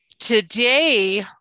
Today